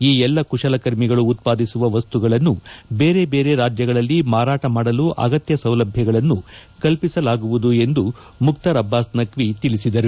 ಈ ಎಲ್ಲ ಕುಶಲಕರ್ಮಿಗಳು ಉತ್ಪಾದಿಸುವ ವಸ್ತುಗಳನ್ನು ಬೇರೆ ಬೇರೆ ರಾಜ್ಗಗಳಲ್ಲಿ ಮಾರಾಟ ಮಾಡಲು ಅಗತ್ಯ ಸೌಲಭ್ಯಗಳನ್ನು ಕಲ್ಪಿಸಲಾಗುವುದು ಎಂದು ಅವರು ತಿಳಿಸಿದರು